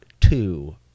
two